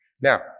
Now